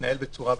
להתנהל בצורה חכמה.